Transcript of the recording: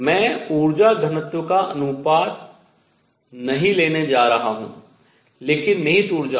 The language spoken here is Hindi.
मैं ऊर्जा घनत्व का अनुपात नहीं लेने जा रहा हूँ लेकिन निहित ऊर्जा